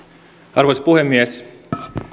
arvoisa puhemies